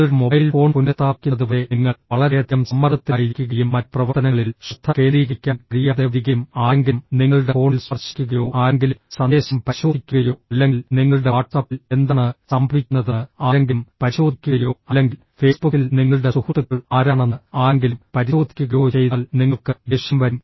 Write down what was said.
നിങ്ങളുടെ mobile phone പുനഃസ്ഥാപിക്കുന്നതുവരെ നിങ്ങൾ വളരെയധികം സമ്മർദ്ദത്തിലായിരിക്കുകയും മറ്റ് പ്രവർത്തനങ്ങളിൽ ശ്രദ്ധ കേന്ദ്രീകരിക്കാൻ കഴിയാതെ വരികയും ആരെങ്കിലും നിങ്ങളുടെ ഫോണിൽ സ്പർശിക്കുകയോ ആരെങ്കിലും സന്ദേശം പരിശോധിക്കുകയോ അല്ലെങ്കിൽ നിങ്ങളുടെ വാട്ട്സ്ആപ്പിൽ എന്താണ് സംഭവിക്കുന്നതെന്ന് ആരെങ്കിലും പരിശോധിക്കുകയോ അല്ലെങ്കിൽ ഫേസ്ബുക്കിൽ നിങ്ങളുടെ സുഹൃത്തുക്കൾ ആരാണെന്ന് ആരെങ്കിലും പരിശോധിക്കുകയോ ചെയ്താൽ നിങ്ങൾക്ക് ദേഷ്യം വരും